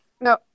No